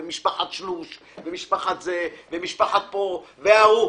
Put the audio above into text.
משפחת שלוש ומשפחה אחרת וההוא,